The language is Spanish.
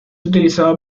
utilizado